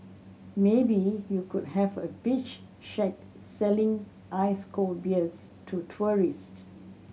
maybe you could have a beach shack selling ice cold beers to tourist